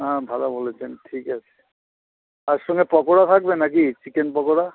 হ্যাঁ ভালো বলেছেন ঠিক আছে তার সঙ্গে পকোড়া থাকবে নাকি চিকেন পকোড়া